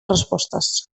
respostes